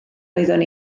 oeddwn